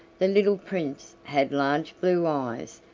the little prince had large blue eyes,